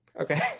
Okay